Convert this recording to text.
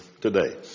today